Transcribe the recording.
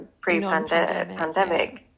pre-pandemic